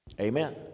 Amen